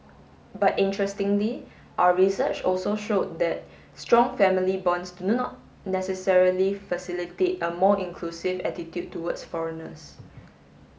but interestingly our research also showed that strong family bonds do not necessarily facilitate a more inclusive attitude towards foreigners